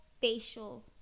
facial